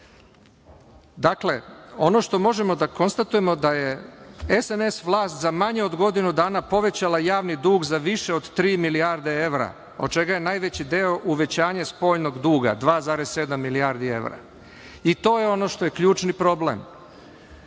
evra. Dakle, ono što možemo da konstatujemo da je SNS vlast za manje od godinu dana povećala javni dug za više od tri milijarde evra, od čega je najveći deo uvećanje spoljnog duga - 2,7 milijardi evra. To je ono što je ključni problem.